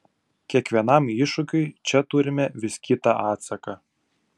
kiekvienam iššūkiui čia turime vis kitą atsaką